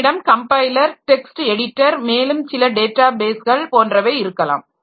என்னிடம் compiler text editor மேலும் டேட்டாபேஸ்கள் போன்றவை இருக்கலாம்